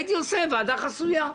הייתי עושה ועדה חסויה,